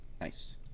Nice